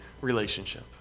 relationship